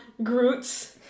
Groots